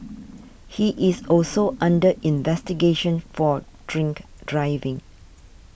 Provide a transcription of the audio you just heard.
he is also under investigation for drink driving